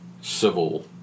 civil